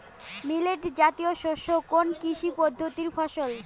Millet জাতীয় শস্য কোন কৃষি পদ্ধতির ফসল?